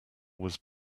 was